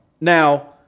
now